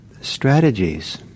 strategies